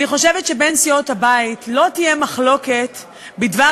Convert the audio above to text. אני חושבת שבין סיעות הבית לא תהיה מחלוקת בדבר